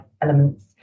elements